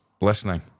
listening